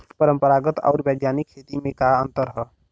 परंपरागत आऊर वैज्ञानिक खेती में का अंतर ह?